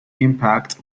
impact